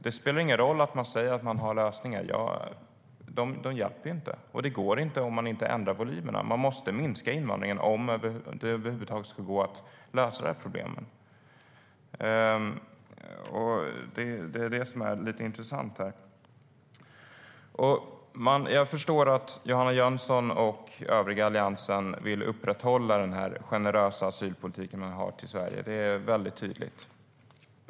Det spelar ingen roll att man säger att man har lösningar, för de hjälper ju inte. Det går inte om man inte ändrar volymerna. Man måste minska invandringen om det över huvud taget ska gå att lösa de här problemen. Jag förstår att Johanna Jönsson och övriga i Alliansen vill upprätthålla den generösa asylpolitiken i Sverige. Det är mycket tydligt.